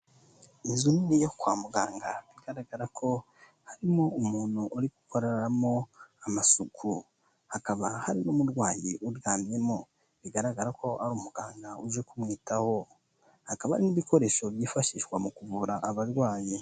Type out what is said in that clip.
Inzu nini yo kwa muganga bigaragara ko harimo umuntu uri gukoreramo amasuku, hakaba hari n'umurwayi uryamyemo, bigaragara ko ari umugangada uje kumwitaho, hakaba hari n'ibikoresho byifashishwa mu kuvura abarwayi.